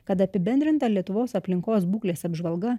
kad apibendrinta lietuvos aplinkos būklės apžvalga